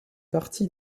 partie